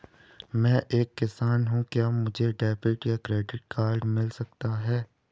मैं एक किसान हूँ क्या मुझे डेबिट या क्रेडिट कार्ड मिल सकता है?